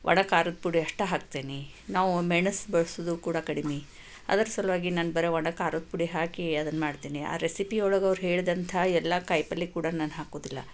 ಒಣ ಖಾರದ ಪುಡಿ ಅಷ್ಟೆ ಹಾಕ್ತೀನಿ ನಾವು ಮೆಣಸು ಬಳ್ಸೋದು ಕೂಡ ಕಡಿಮೆ ಅದರ ಸಲುವಾಗಿ ನಾನು ಬರೀ ಒಣ ಖಾರದ ಪುಡಿ ಹಾಕಿ ಅದನ್ನು ಮಾಡ್ತೀನಿ ಆ ರೆಸಿಪಿಯೊಳಗೆ ಅವರು ಹೇಳಿದಂತಹ ಎಲ್ಲ ಕಾಯಿಪಲ್ಲೆ ಕೂಡ ನಾನು ಹಾಕುವುದಿಲ್ಲ